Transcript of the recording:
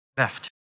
left